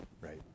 Right